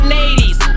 ladies